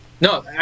No